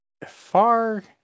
Far